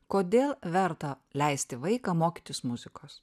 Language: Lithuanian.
kodėl verta leisti vaiką mokytis muzikos